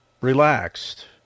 relaxed